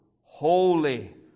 Holy